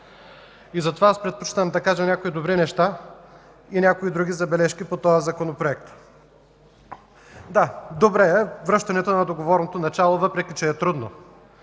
Затова аз предпочитам да кажа някои добри неща и някои други забележки по него. Да, добре е връщането на договорното начало, въпреки че е трудно.